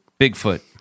Bigfoot